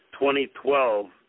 2012